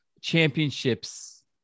championships